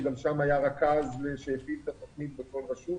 ששם היה רכז שהפעיל את התוכנית בכל רשות.